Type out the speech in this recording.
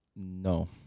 No